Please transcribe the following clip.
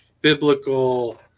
biblical